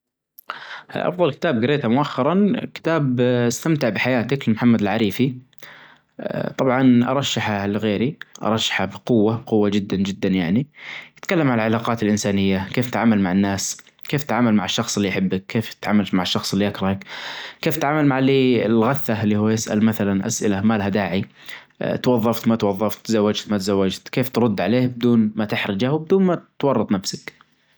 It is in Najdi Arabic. أفضل كتاب جريته مؤخرا كتاب أستمتع بحياتك لمحمد العريفي، طبعا أرشحه لغيرى أرشحه بقوه بقوه جدا جدا يعنى، بيتكلم عن العلاقات الإنسانية كيف أتعامل مع الناس كيف أتعامل مع الشخص اللي أحبه كيف أتعامل مع الشخص اللى أكرهه، كيف أتعامل مع اللى الغثه اللى هو يسأل مثلا أسأله ما إلها داعى توظفت ما توظفت تزوجت ما تزوجت كيف ترد عليه بدون ما تخرجه وبدون ما تورط نفسك.